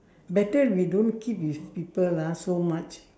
better we don't keep this people ah so much